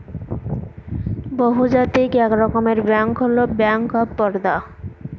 বহুজাতিক এক রকমের ব্যাঙ্ক হল ব্যাঙ্ক অফ বারদা